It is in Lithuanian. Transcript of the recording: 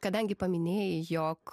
kadangi paminėjai jog